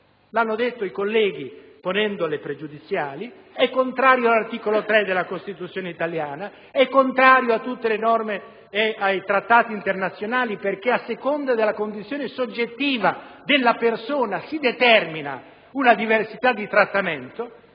hanno detto i colleghi ponendo le pregiudiziali. È contraria all'articolo 3 della Costituzione italiana, è contraria a tutte le norme e ai trattati internazionali, perché a seconda della condizione soggettiva della persona si determina una diversità di trattamento.